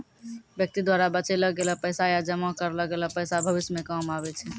व्यक्ति द्वारा बचैलो गेलो पैसा या जमा करलो गेलो पैसा भविष्य मे काम आबै छै